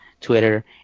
twitter